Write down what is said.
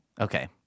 Okay